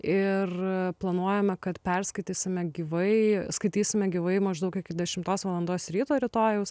ir planuojama kad perskaitysime gyvai skaitysime gyvai maždaug iki dešimtos valandos ryto rytojaus